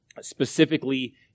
specifically